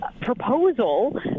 proposal